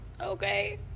okay